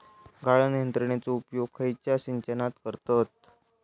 गाळण यंत्रनेचो उपयोग खयच्या सिंचनात करतत?